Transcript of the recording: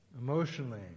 emotionally